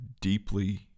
deeply